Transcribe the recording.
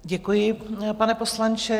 Děkuji, pane poslanče.